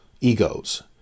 egos